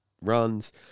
runs